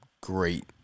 great